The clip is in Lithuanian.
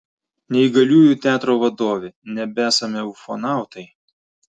neįgaliųjų teatro vadovė nebesame ufonautai